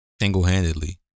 Single-handedly